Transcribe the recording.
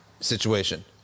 situation